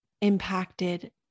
impacted